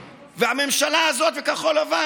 שממומן ברובו על ידי ממשלת שבדיה והאיחוד האירופי,